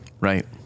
Right